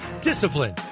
discipline